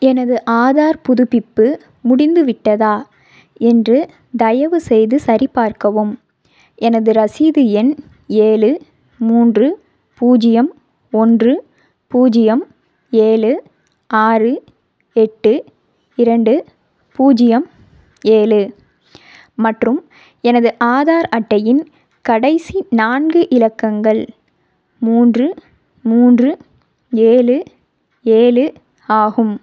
எனது ஆதார் புதுப்பிப்பு முடிந்துவிட்டதா என்று தயவுசெய்து சரிபார்க்கவும் எனது ரசீது எண் ஏழு மூன்று பூஜ்ஜியம் ஒன்று பூஜ்ஜியம் ஏழு ஆறு எட்டு இரண்டு பூஜ்ஜியம் ஏழு மற்றும் எனது ஆதார் அட்டையின் கடைசி நான்கு இலக்கங்கள் மூன்று மூன்று ஏழு ஏழு ஆகும்